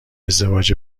ازدواج